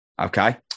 Okay